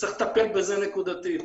וצריך לטפל בזה נקודתית,